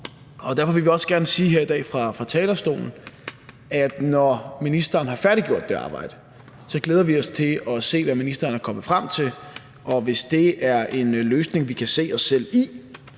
Derfor vil vi også gerne sige her i dag fra talerstolen, at når ministeren har færdiggjort det arbejde, glæder vi os til at se, hvad ministeren er kommet frem til, og hvis det er en løsning, vi kan se os selv i,